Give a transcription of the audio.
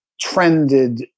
trended